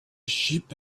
sheep